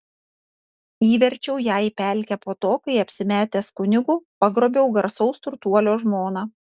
įverčiau ją į pelkę po to kai apsimetęs kunigu pagrobiau garsaus turtuolio žmoną